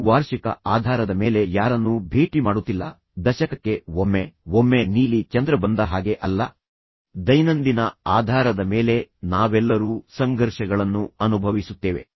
ಇದು ವಾರ್ಷಿಕ ಆಧಾರದ ಮೇಲೆ ಯಾರನ್ನೂ ಭೇಟಿ ಮಾಡುತ್ತಿಲ್ಲ ದಶಕಕ್ಕೆ ಒಮ್ಮೆ ಒಮ್ಮೆ ನೀಲಿ ಚಂದ್ರ ಬಂದ ಹಾಗೆ ಅಲ್ಲ ದೈನಂದಿನ ಆಧಾರದ ಮೇಲೆ ನಾವೆಲ್ಲರೂ ಸಂಘರ್ಷಗಳನ್ನು ಅನುಭವಿಸುತ್ತೇವೆ